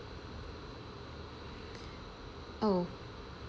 oh